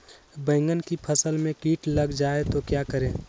बैंगन की फसल में कीट लग जाए तो क्या करें?